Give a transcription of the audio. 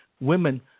women